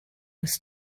was